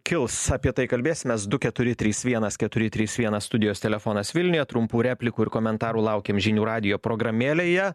kils apie tai kalbėsimės du keturi trys vienas keturi trys vienas studijos telefonas vilniuje trumpų replikų ir komentarų laukiam žinių radijo programėlėje